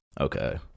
okay